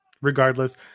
regardless